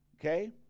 okay